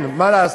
אין, מה לעשות.